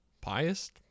pious